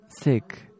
sick